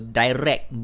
direct